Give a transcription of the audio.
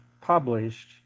published